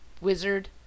Wizard